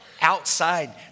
Outside